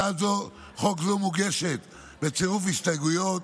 הצעת חוק זו מוגשת בצירוף הסתייגויות.